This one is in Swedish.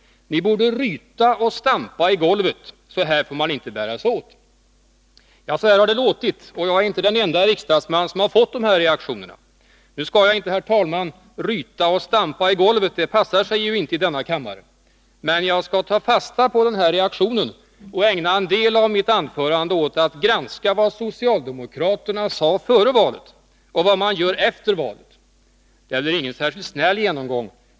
Ni borde ryta och stampa i golvet. Så här får man inte bära sig åt. Ja, så har det låtit. Och jag är inte den enda riksdagsman som har fått de här reaktionerna. Nu skall jag inte, herr talman, ryta och stampa i golvet. Det passar sig ju inte i denna kammare. Men jag skall ta fasta på den här reaktionen och ägna en del av mitt anförande åt att granska vad socialdemokraterna sade före valet och vad man gör efter valet. Det blir ingen särskilt snäll genomgång.